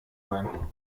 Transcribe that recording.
sein